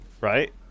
right